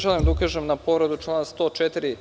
Želim da ukažem na povredu člana 104.